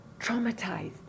traumatized